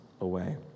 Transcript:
away